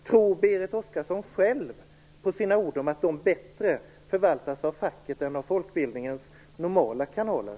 Tror Berit Oscarsson själv på sina ord om att de bättre förvaltas av facket än av folkbildningens normala kanaler?